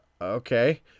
okay